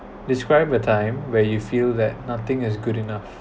describe a time where you feel that nothing is good enough